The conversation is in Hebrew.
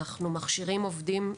אנחנו מכשירים עובדים,